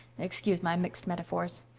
excuse my mixed metaphors.